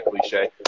cliche